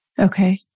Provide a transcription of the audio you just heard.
Okay